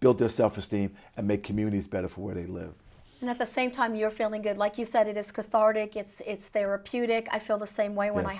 build their self esteem and make communities better of where they live and at the same time you're feeling good like you said it is cathartic it's there are putin i feel the same way when i